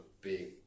big